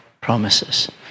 promises